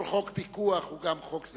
כל חוק פיקוח הוא גם חוק,